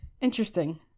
Interesting